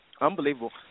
Unbelievable